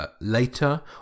Later